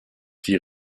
die